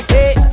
Hey